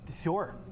Sure